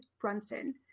Brunson